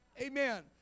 Amen